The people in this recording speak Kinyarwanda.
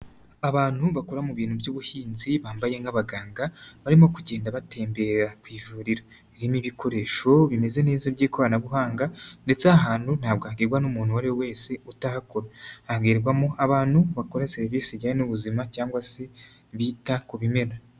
Abantu bakora mu bintu by'ubuhinzi bambaye nk'abaganga barimo kugenda batemmbere ku ivuriro ririmo ibikoresho bimeze neza by'ikoranabuhanga ndetse ahantu ntabwo hagirwabwa n'umuntu ari we wese utahakora abwirwamo abantu bakora serivisi ijyanye n'ubuzima cyangwa se bita ku bimera.